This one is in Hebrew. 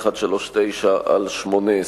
פ/2139/18.